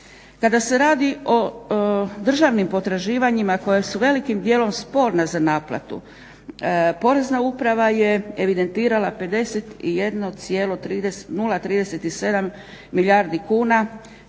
Kada se radi o državnim potraživanjima koja su velikim dijelom sporna za naplatu, Porezna uprava je evidentirala 51,037 milijardi kuna